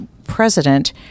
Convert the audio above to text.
president